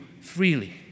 freely